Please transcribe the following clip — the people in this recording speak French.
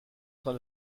train